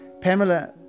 Pamela